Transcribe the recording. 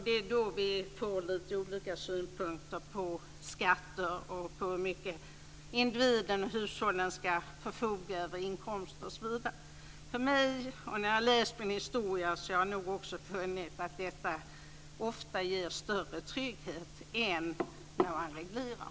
Det är då vi får lite olika synpunkter på skatter och på sådant som har att göra med hur mycket av inkomsten individerna och hushållen ska förfoga över osv. Jag har läst min historia, så jag har nog också funnit att detta ofta ger större trygghet än när man reglerar.